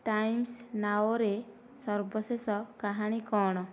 Times ନାଓରେ ସର୍ବଶେଷ କାହାଣୀ କ'ଣ